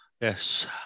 Yes